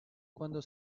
cuando